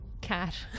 cat